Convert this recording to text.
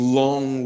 long